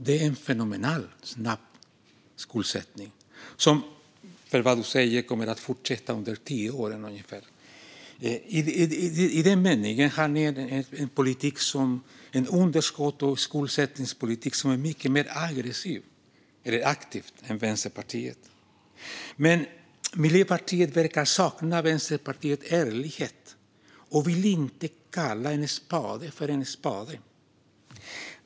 Det är en fenomenalt snabb skuldsättning, som enligt vad du säger kommer att fortsätta under ungefär tio år. Är det meningen? Har ni en underskotts och skuldsättningspolitik som är mycket mer aggressiv än Vänsterpartiets? Miljöpartiet verkar sakna Vänsterpartiets ärlighet och vill inte kalla en spade för en spade.